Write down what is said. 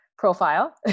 Profile